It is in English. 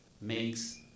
makes